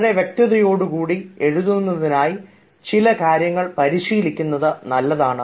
വളരെ വ്യക്തതയോടെ കൂടി എഴുതുന്നതിനായി ചില കാര്യങ്ങൾ പരിശീലിക്കുന്നത് നല്ലതാണ്